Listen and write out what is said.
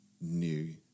new